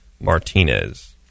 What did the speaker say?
Martinez